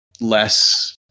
less